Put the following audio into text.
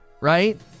right